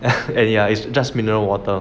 and yeah it's just mineral water